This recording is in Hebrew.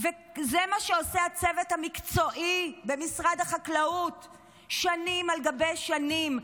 זה מה שעושה הצוות המקצועי במשרד החקלאות שנים על גבי שנים,